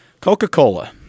Coca-Cola